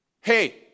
Hey